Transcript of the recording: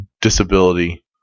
disability